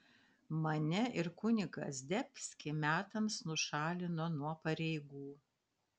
mane ir kunigą zdebskį metams nušalino nuo pareigų